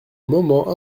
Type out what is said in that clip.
moments